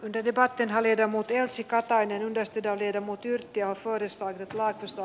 de debatin haljeta multielsi katainen veistetään hirmutyöt ja porissa ja laitosto